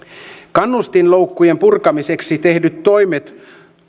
kannustinloukkujen purkamiseksi tehdyt toimet